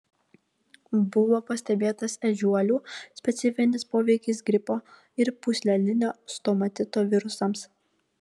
buvo pastebėtas ežiuolių specifinis poveikis gripo ir pūslelinio stomatito virusams